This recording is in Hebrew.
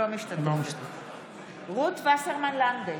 אינה משתתפת בהצבעה רות וסרמן לנדה,